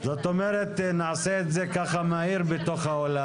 שינינו את מערכי האבטחה במדינה.